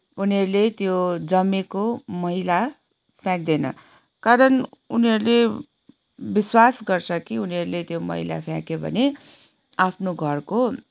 उनीहरूले त्यो जमेको मैला फ्याँक्दैन कारण उनीहरूले विश्वास गर्छ कि उनीहरूले त्यो मैला फ्याँक्यो भने आफ्नो घरको